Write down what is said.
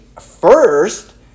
first